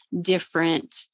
different